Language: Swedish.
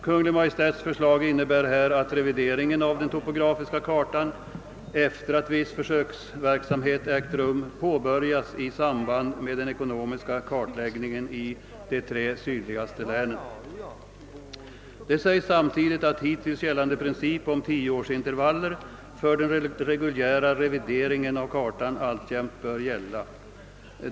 Kungl. Maj:ts förslag innebär att revideringen av den topografiska kartan efter viss försöksverksamhet påbörjas i samband med den ekonomiska kartläggningen i de tre sydligaste länen. Det framhålles samtidigt att hittills gällande princip om tioårsintervaller för den reguljära revideringen av kartan alltjämt bör gälla.